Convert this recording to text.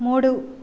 మూడు